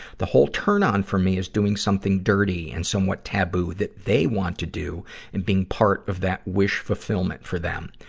the whole turn-on for me is doing something dirty and somewhat taboo that they want to do and being part of that wish fulfillment for them.